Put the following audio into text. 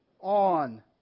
on